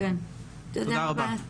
תודה רבה.